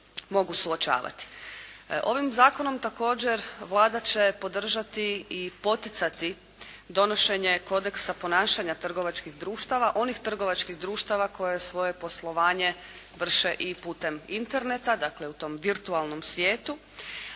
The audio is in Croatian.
Ovim zakonom također Vlada će podržati i poticati donošenje kodeksa ponašanja trgovačkih društava, onih trgovačkih društava koji svoje poslovanje vrše i putem interneta. Dakle, u tom virtualnom svijetu,